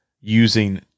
using